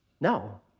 No